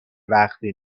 وقتی